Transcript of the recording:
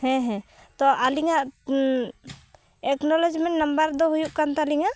ᱦᱮᱸ ᱦᱮᱸ ᱛᱚ ᱟᱹᱞᱤᱧᱟᱜ ᱮᱠᱱᱳᱞᱮᱡᱽᱢᱮᱱᱴ ᱱᱟᱢᱵᱟᱨ ᱫᱚ ᱦᱩᱭᱩᱜ ᱠᱟᱱ ᱛᱟᱹᱞᱤᱧᱟ